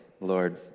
Lord